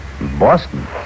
Boston